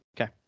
Okay